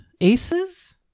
aces